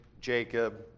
Jacob